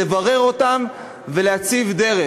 לברר אותם ולהציב דרך.